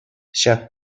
ҫак